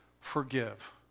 forgive